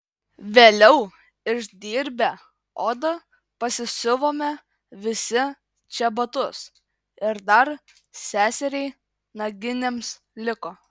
vėliau išdirbę odą pasisiuvome visi čebatus ir dar seseriai naginėms liko